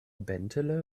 bentele